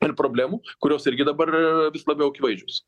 ir problemų kurios irgi dabar vis labiau akivaizdžios